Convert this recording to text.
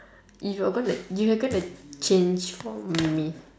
you are gonna you are gonna change for me